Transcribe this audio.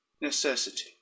necessity